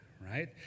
right